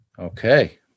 Okay